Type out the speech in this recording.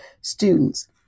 students